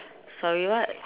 sorry what